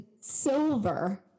silver